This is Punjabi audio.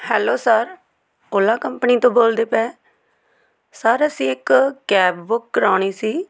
ਹੈਲੋ ਸਰ ਓਲਾ ਕੰਪਨੀ ਤੋਂ ਬੋਲਦੇ ਪਏ ਸਰ ਅਸੀਂ ਇੱਕ ਕੈਬ ਬੁੱਕ ਕਰਵਾਉਣੀ ਸੀ